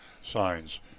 signs